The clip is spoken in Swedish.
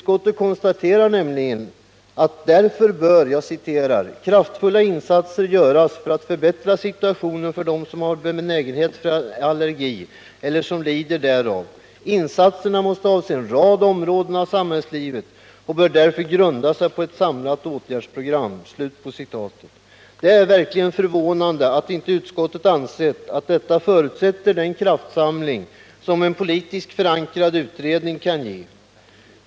Utskottet konstaterar nämligen att ”kraftfulla insatser måste göras för att förbättra situationen för dem som har benägenhet för allergi eller som lider därav. Insatserna måste avse en rad områden av samhällslivet och bör därför grunda sig på ett samlat åtgärdsprogram.” Det är verkligen förvånande att utskottet inte ansett att detta förutsätter den kraftsamling som en politiskt förankrad utredning kan ge.